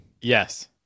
Yes